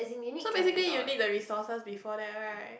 so basically you need the resources before that right